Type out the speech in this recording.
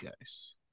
guys